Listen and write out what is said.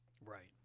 right